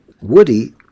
woody